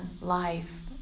life